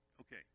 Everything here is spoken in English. Okay